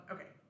Okay